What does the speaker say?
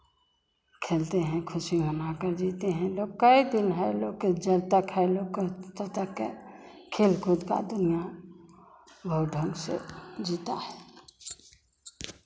खेलते हैं खुशी मनाकर जीते हैं लोग कई दिन है लोग के जब तक है लोग के तब तक के खेल कूद का दुनियाँ बहुत ढंग से जीता है